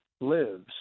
lives